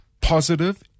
positive